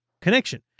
connection